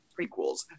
prequels